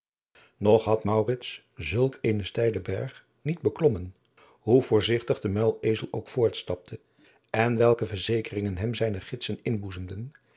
nog had maurits zulk eenen steilen berg niet beklommen hoe voorzigtig de muilezel ook voortstapte en welke verzekeringen hem zijne gidsen